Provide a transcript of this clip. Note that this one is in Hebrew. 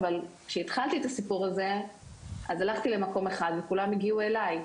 אבל כשהתחלתי את הסיפור הזה אז הלכתי למקום אחד וכולם הגיעו אלי.